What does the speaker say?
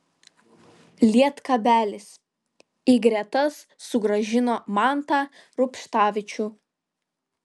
lietkabelis į gretas sugrąžino mantą rubštavičių